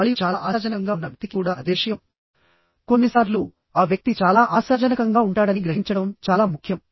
మరియు చాలా ఆశాజనకంగా ఉన్న వ్యక్తికి కూడా అదే విషయం కొన్నిసార్లు ఆ వ్యక్తి చాలా ఆశాజనకంగా ఉంటాడని గ్రహించడం చాలా ముఖ్యం